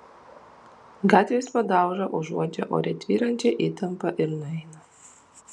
gatvės padauža užuodžia ore tvyrančią įtampą ir nueina